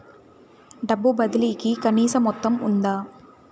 డబ్బు బదిలీ కి కనీస మొత్తం ఉందా?